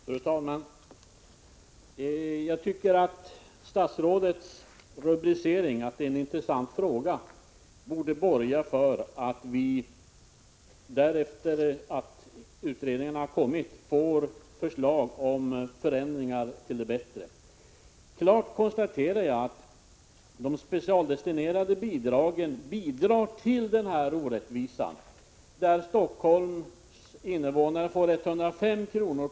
Fru talman! Jag tycker att statsrådets uttalande att detta är en intressant fråga borde borga för att vi efter det att utredningen har kommit får förslag om förändringar till det bättre. Jag konstaterar att de specialdestinerade bidragen medverkar till denna orättvisa — där Stockholms invånare får 105 kr.